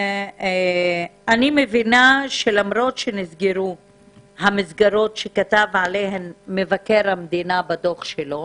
אני מבינה שלמרות שנסגרו המסגרות שכתב עליהן מבקר המדינה בדוח שלו